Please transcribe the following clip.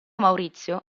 maurizio